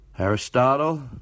Aristotle